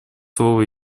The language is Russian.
слово